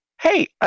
Hey